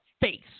face